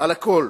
על הכול.